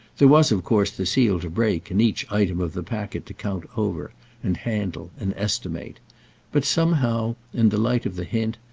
there was of course the seal to break and each item of the packet to count over and handle and estimate but somehow, in the light of the hint,